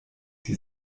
die